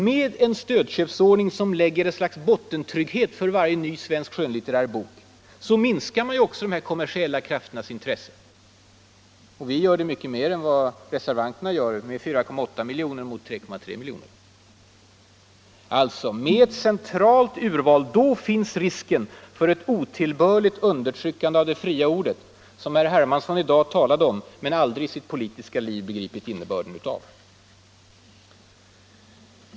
Med en stödköpsordning, som lägger ett slags bottentrygghet för varje ny svensk skönlitterär bok, minskar man ju också de kommersiella krafternas intressen — och vi gör det mer än reservanterna, med 4,8 miljoner mot 3,3 miljoner. Med ett centralt urval finns alltså risken för ”ett otillbörligt undertryckande av det fria ordet”, som herr Hermansson i dag talade om men aldrig i sitt politiska liv begripit innebörden av.